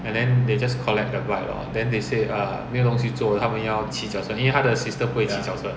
and then they just collect the bike lor then they say err 没有东西做他们要骑脚车因为他的 sister 不会骑脚车